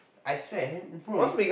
I swear hand bro you